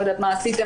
לא יודעת מה עשיתם,